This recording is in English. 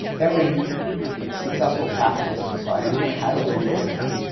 every successful capitalist society has regulation,